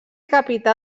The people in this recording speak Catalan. capità